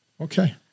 okay